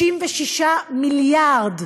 66 מיליארד,